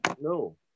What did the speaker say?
No